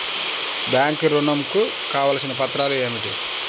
Bank ఋణం కు కావలసిన పత్రాలు ఏమిటి?